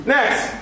Next